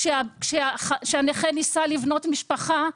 כשהנכה ניסה לבנות משפחה,